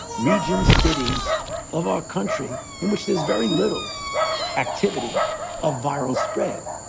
regions, cities of our country in which there's very little activity of viral spread.